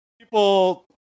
people